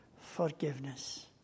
forgiveness